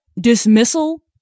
dismissal